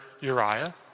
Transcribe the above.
Uriah